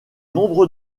nombre